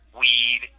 weed